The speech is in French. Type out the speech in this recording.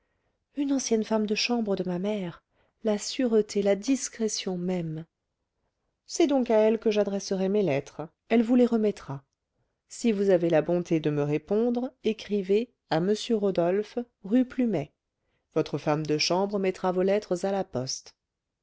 une ancienne femme de chambre de ma mère la sûreté la discrétion même c'est donc à elle que j'adresserai mes lettres elle vous les remettra si vous avez la bonté de me répondre écrivez à m rodolphe rue plumet votre femme de chambre mettra vos lettres à la poste